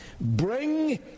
bring